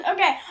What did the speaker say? Okay